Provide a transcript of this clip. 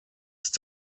ist